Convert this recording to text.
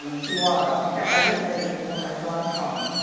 um she was. in fact, i recently, in one of my salon columns,